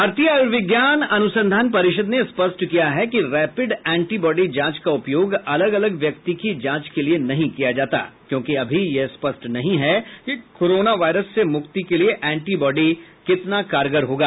भारतीय आयुर्विज्ञान अनुसंधान परिषद ने स्पष्ट किया है कि रैपिड एंटी बॉडी जांच का उपयोग अलग अलग व्यक्ति की जांच के लिए नहीं किया जाता क्योंकि अभी यह स्पष्ट नहीं है कि कोरोना वायरस से मुक्ति के लिए एंटी बॉडी कितना कारगर होगा